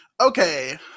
okay